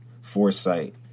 foresight